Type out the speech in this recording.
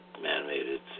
man-made